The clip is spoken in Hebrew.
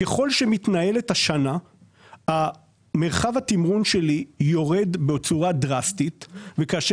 ככל שמתנהלת השנה מרחב התמרון שלי יורד בצורה דרסטית וכאשר